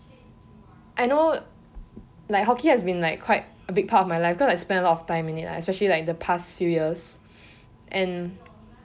I know like hockey has been like quite a bit part of my life because I spend a lot of time in it lah especially the past few years and